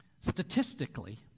statistically